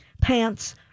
pants